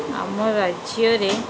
ଆମ ରାଜ୍ୟରେ